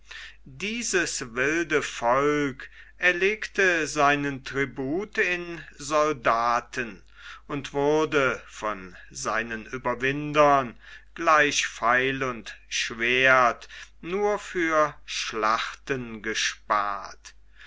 dieses wilde volk erlegte seinen tribut in soldaten und wurde von seinen ueberwindern gleich pfeil und schwert nur für schlachten gespart